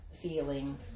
feeling